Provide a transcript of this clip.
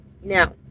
Now